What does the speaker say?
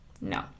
no